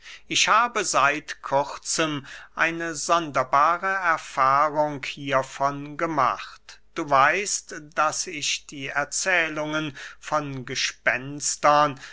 ich habe seit kurzem eine sonderbare erfahrung hiervon gemacht du weißt daß ich die erzählungen von gespenstern